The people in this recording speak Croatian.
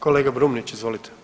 Kolega Brumnić, izvolite.